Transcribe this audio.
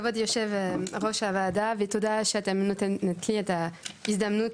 אנחנו דורשים היום תהליך שהוא ממש דומה לזה של הרופאים.